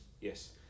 Yes